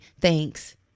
Thanks